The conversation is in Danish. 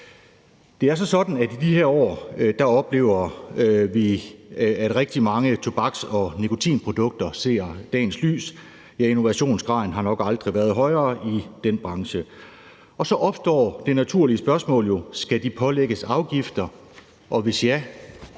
i de her år oplever vi, at rigtig mange tobaks- og nikotinprodukter ser dagens lys, ja, innovationsgraden har nok aldrig været højere i den branche. Og så opstår det naturlige spørgsmål jo: Skal de pålægges afgifter, og hvis ja,